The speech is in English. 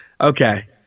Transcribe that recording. Okay